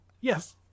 Yes